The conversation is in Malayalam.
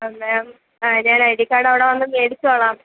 അ മേം ആ ഞാൻ ഐ ഡി കാർഡ് അവിടെ വന്നു മേടിച്ചോളാം